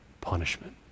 punishment